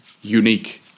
unique